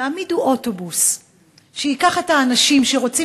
תעמידו אוטובוס שייקח את האנשים שרוצים